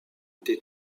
été